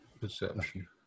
perception